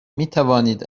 میتوانید